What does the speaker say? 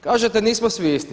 Kažete nismo svi isti.